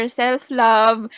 self-love